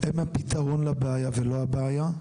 הפתרון לבעיה, ולא הבעיה.